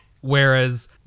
Whereas